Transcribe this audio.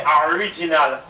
original